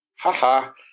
ha-ha